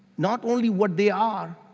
not only what they are.